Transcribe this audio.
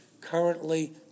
currently